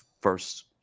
first